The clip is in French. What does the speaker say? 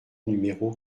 numéro